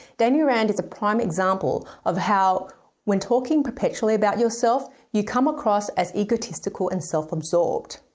danny rand is a prime example of how when talking perpetually about yourself, you come across as egotistical and self-absorbed.